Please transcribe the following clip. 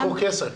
חסכו כסף.